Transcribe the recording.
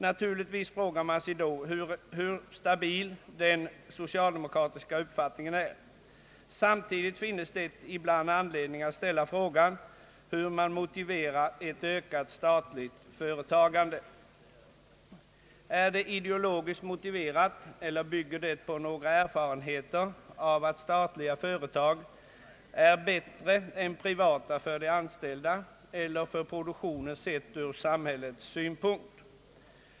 Naturligtvis frågar man sig då hur stabil den socialdemokratiska uppfattningen är. Samtidigt finns det ibland anledning att ställa frågan hur man motiverar ett ökat statligt företagande. Är det ideologiskt motiverat eller bygger det på några erfarenheter av att statliga företag är bättre än privata för de anställda eller för produktionen sett ur samhällets synpunkt?